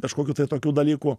kažkokių tai tokių dalykų